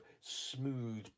smooth